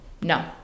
No